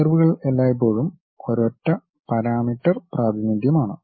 കർവുകൾ എല്ലായ്പ്പോഴും ഒരൊറ്റ പരാമീറ്റർ പ്രാതിനിധ്യമാണ്